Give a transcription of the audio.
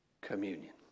communion